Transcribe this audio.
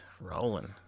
rolling